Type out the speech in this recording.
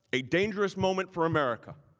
a dangerous moment for america